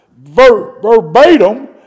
verbatim